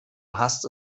hast